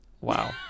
wow